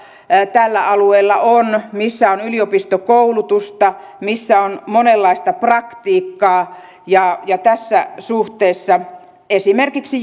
tällä alueella on missä on yliopistokoulutusta missä on monenlaista praktiikkaa ja ja tässä suhteessa esimerkiksi